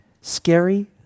scary